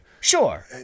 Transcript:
Sure